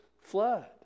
flood